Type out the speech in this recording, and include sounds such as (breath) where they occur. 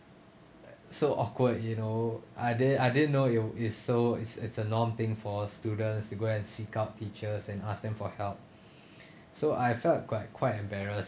so awkward you know I didn't I didn't know you it's so it's it's a norm thing for students to go and seek out teachers and ask them for help (breath) so I felt quite quite embarrassed